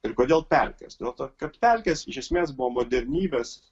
ir kodėl pelkės dėl to kad pelkės iš esmės buvo modernybės